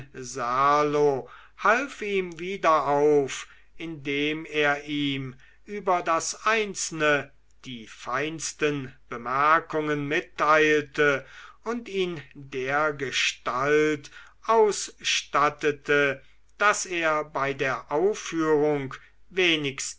half ihm wieder auf indem er ihm über das einzelne die feinsten bemerkungen mitteilte und ihn dergestalt ausstattete daß er bei der aufführung wenigstens